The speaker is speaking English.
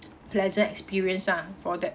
pleasant experience ah for that